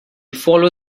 follow